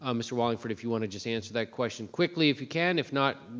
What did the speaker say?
um mr. wallingford, if you want to just answer that question quickly if you can, if not,